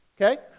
Okay